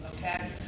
okay